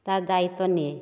ତା' ଦାୟିତ୍ୱ ନିଏ